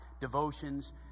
devotions